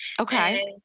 Okay